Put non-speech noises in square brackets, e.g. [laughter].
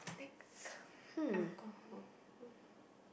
next [breath] hmm [breath]